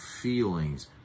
feelings